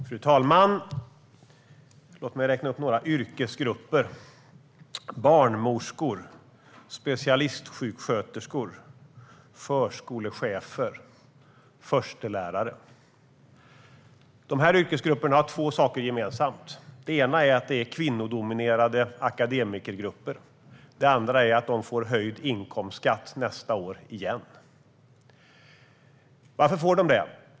Fru talman! Låt mig räkna upp några yrkesgrupper: barnmorskor, specialistsjuksköterskor, förskolechefer, förstelärare. Dessa yrkesgrupper har två saker gemensamt. Den ena är att det är fråga om kvinnodominerade akademikergrupper. Den andra är att de nästa år får höjd inkomstskatt igen. Varför?